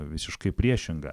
visiškai priešinga